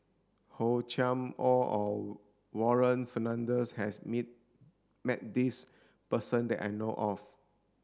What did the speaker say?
Hor Chim Or our Warren Fernandez has meet met this person that I know of